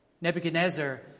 Nebuchadnezzar